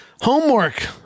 homework